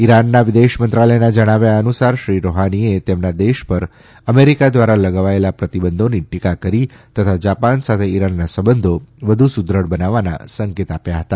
ઇરાનના વિદેશ મંત્રાલયના જણાવ્યા અનુસાર શ્રી રૂહાનીએ તેમના દેશ પર અમેરિકા દ્વારા લગાવાયેલા પ્રતિબંધોની ટીકા કરી તથા જાપાન સાથે ઇરાનના સંબંધો વધુ સુદ્રઢ બનાવવાના સંકેત આપ્યા હતા